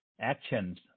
actions